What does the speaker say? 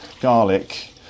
garlic